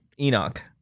Enoch